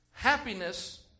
Happiness